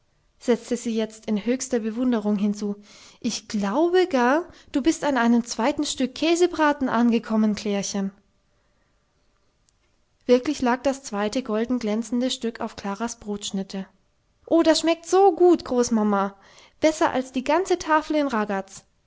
setzte sie jetzt in höchster bewunderung hinzu ich glaube gar du bist an einem zweiten stück käsebraten angekommen klärchen wirklich lag das zweite golden glänzende stück auf klaras brotschnitte oh das schmeckt so gut großmama besser als die ganze tafel in ragaz